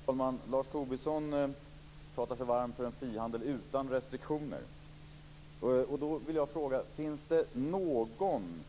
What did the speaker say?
Fru talman! Lars Tobisson talar sig varm för en frihandel utan restriktioner. Då undrar jag: Finns det någon